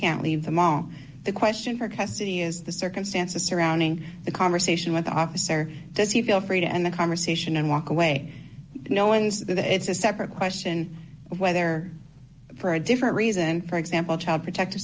can't leave the mom the question for custody is the circumstances surrounding the conversation with officer does he feel free to end the conversation and walk away no one is that it's a separate question whether for a different reason for example child protective